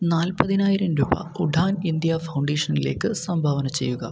നാൽപതിനായിരം രൂപ ഉഡാൻ ഇന്ത്യ ഫൗണ്ടേഷനിലേക്ക് സംഭാവന ചെയ്യുക